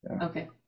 okay